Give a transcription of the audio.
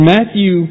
Matthew